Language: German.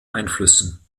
einflüssen